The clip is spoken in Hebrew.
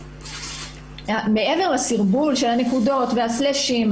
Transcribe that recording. מעבר לסרבול של הנקודות והסלאשים,